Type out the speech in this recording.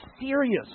serious